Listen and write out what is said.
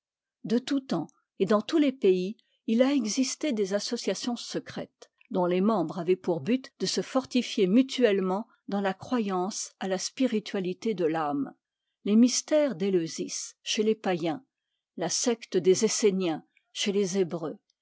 de tout temps et dans tous les pays il a existé des associations secrètes dont les membres avaient pour but de se fortifier mutuellement dans la croyance à la spiritualité de l'âme les mystères d'ëteusis chez les païens la secte des esséniens chez les hébreux